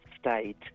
state